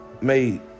made